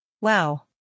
Wow